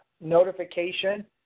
notification